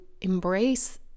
embrace